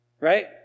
right